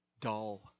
dull